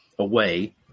Away